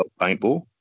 paintball